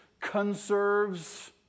conserves